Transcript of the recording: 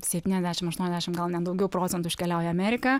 septyniasdešim aštuoniasdešim gal net daugiau procentų iškeliauja į amerika